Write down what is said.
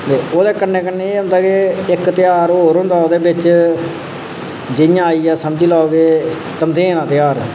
ते ओह्दे कन्नै कन्नै एह् होंदा कि इक तेहार होर होंदा कि जि'यां आई गेआ समझी लैओ कि धमदेआं दा तेहार ऐ